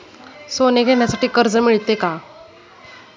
सोने घेण्यासाठी कर्ज मिळते का?